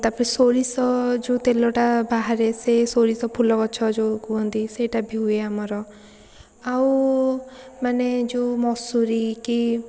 ତା'ପରେ ସୋରିଷ ଯେଉଁ ତେଲଟା ବାହାରେ ସେ ସୋରିଷ ଫୁଲ ଗଛ ଯେଉଁ କୁହନ୍ତି ସେଇଟା ବି ହୁଏ ଆମର ଆଉ ମାନେ ଯେଉଁ ମଶୁରି କି